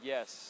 Yes